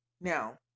now